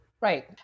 Right